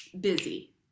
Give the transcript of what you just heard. busy